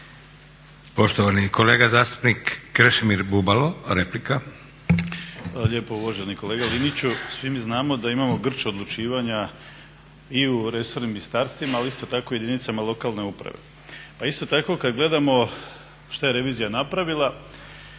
Poštovani kolega zastupnik Krešimir Bubalo, replika. **Bubalo, Krešimir (HDSSB)** Hvala lijepo uvaženi kolega Liniću. Svi mi znamo da imamo grč odlučivanja i u resornim ministarstvima, ali isto tako i jedinicama lokalne uprave, pa isto tako kad gledamo šta je revizija napravila